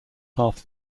half